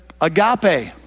agape